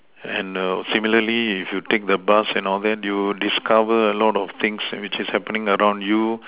hello similarly if you take the bus and all that you discover a lot of things which is happening around you